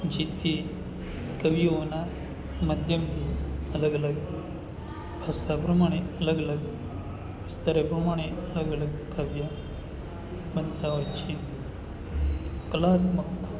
જે તે કવિઓના માધ્યમથી અલગ અલગ ભાષા પ્રમાણે અલગ અલગ વિસ્તારો પ્રમાણે અલગ અલગ કાવ્ય બનતા હોય છે કલાત્મક